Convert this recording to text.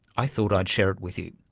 i thought i'd share it with you.